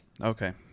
Okay